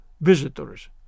visitors